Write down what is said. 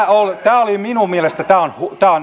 tekemään minun mielestäni tämä on